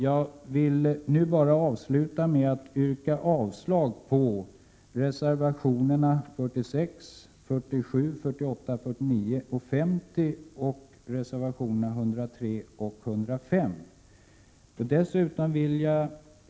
Jag vill nu bara avsluta med att yrka avslag på reservationerna 46, 47, 48, 49 och 50 samt reservationerna 103 och 105.